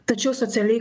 tačiau socialiai